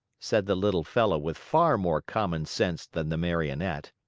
said the little fellow with far more common sense than the marionette.